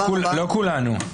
לא כולנו.